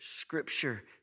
scripture